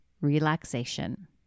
relaxation